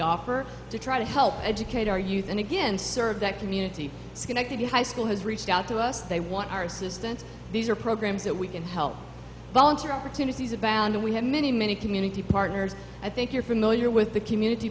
offer to try to help educate our youth and again serve that community schenectady high school has reached out to us they want our assistance these are programs that we can help volunteer opportunities abound and we have many many community partners i think you're familiar with the community